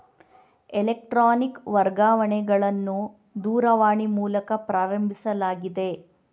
electronic ವರ್ಗಾವಣೆಗಳನ್ನು ದೂರವಾಣಿ ಮೂಲಕ ಪ್ರಾರಂಭಿಸಲಾಗಿದೆ